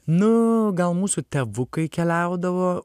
nu gal mūsų tėvukai keliaudavo